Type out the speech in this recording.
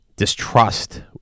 distrust